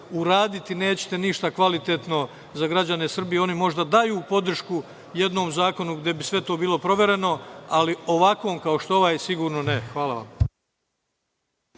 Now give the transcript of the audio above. Uraditi nećete ništa kvalitetno za građane Srbije. Oni možda daju podršku jednom zakonu gde bi sve to bilo provereno, ali ovakvom kao što je ovaj sigurno ne. Hvala vam.